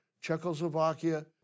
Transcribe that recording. Czechoslovakia